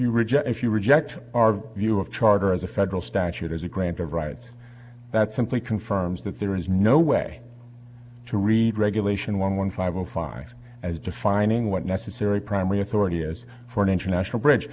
reject if you reject our view of charter as a federal statute as a grant of rights that simply confirms that there is no way to read regulation one one five zero five as defining what necessary primary authority is for an international bridge